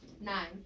Nine